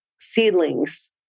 seedlings